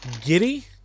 giddy